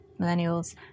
millennials